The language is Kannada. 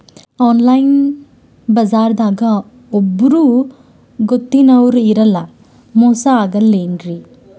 ಆನ್ಲೈನ್ ಬಜಾರದಾಗ ಒಬ್ಬರೂ ಗೊತ್ತಿನವ್ರು ಇರಲ್ಲ, ಮೋಸ ಅಗಲ್ಲೆನ್ರಿ?